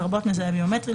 לרבות מזהה ביומטרי,